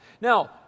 Now